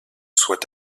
soit